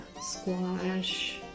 squash